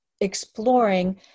exploring